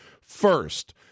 first